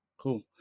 cool